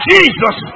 Jesus